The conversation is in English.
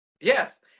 yes